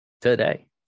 today